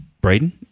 Braden